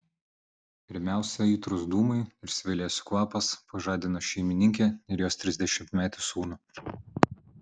pirmiausia aitrūs dūmai ir svilėsių kvapas pažadino šeimininkę ir jos trisdešimtmetį sūnų